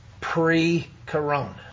pre-corona